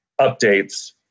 updates